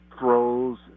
Throws